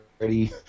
ready